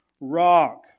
rock